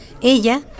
Ella